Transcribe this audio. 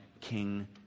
king